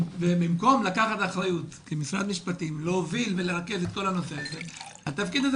ובמקום לקחת אחריות כמשרד משפטים להוביל ולרכז את כל הנושא הזה,